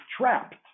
trapped